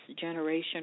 generation